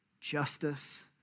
justice